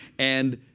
and